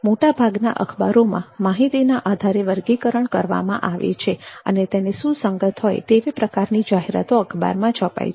મોટાભાગના અખબારોમાં માહિતીને આધારે વર્ગીકરણ થાય છે અને તેને સુસંગત હોય તેવી પ્રકારની જાહેરાતો અખબારમાં છપાય છે